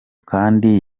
kandi